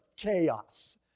chaos